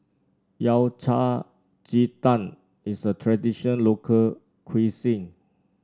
Yao Cai Ji Tang is a traditional local cuisine